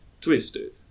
twisted